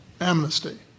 Amnesty